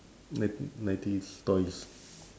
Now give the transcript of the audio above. nine~ nineties toys